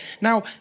Now